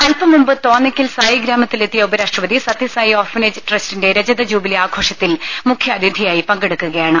അൽപ്പംമുമ്പ് തോന്നയ്ക്കൽ സായിഗ്രാമത്തിലെത്തിയ ഉപ രാഷ്ട്രപതി സത്യസായി ഓർഫനേജ് ട്രസ്റ്റിന്റെ രജത ജൂബിലി ആഘോഷത്തിൽ മുഖ്യാതിഥിയായി പങ്കെടുക്കുകയാണ്